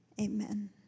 Amen